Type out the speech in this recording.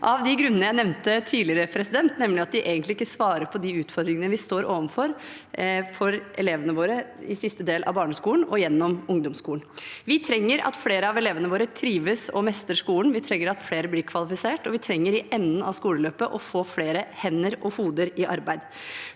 av de grunnene jeg nevnte tidligere, nemlig at de egentlig ikke svarer på de utfordringene vi står overfor for elevene våre i siste del av barneskolen og gjennom ungdomsskolen. Vi trenger at flere av elevene våre trives og mestrer skolen. Vi trenger at flere blir kvalifisert, og vi trenger i enden av skoleløpet å få flere hender og hoder i arbeid.